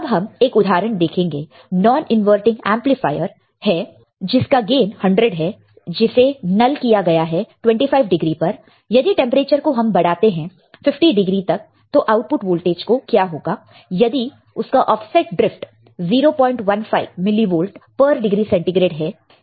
अब हम एक उदाहरण देखेंगे नॉन इनवर्टिंग एंपलीफायर है जिस का गेन 100 है जिसे नल किया गया है 25 डिग्री पर यदि टेंपरेचर को हम बढ़ाते हैं 50 डिग्री तक तो आउटपुट वोल्टेज को क्या होगा यदि उसका ऑफसेट ड्रिफ्ट 015 मिलीवोल्ट पर डिग्री सेंटीग्रेड है